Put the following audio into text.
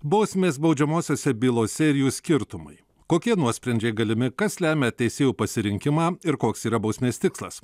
bausmės baudžiamosiose bylose ir jų skirtumai kokie nuosprendžiai galimi kas lemia teisėjų pasirinkimą ir koks yra bausmės tikslas